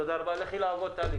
תודה רבה הישיבה נעולה.